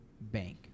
Bank